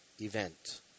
event